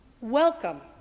welcome